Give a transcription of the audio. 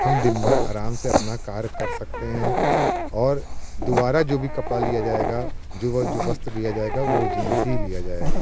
हम दिनभर अराम से अपना कार्य कर सकते हैं और दोबारा जो भी कपड़ा लिया जाएगाा जो वह जो वस्त्र लिया जाएगा वो जींस ही लिया जाएगा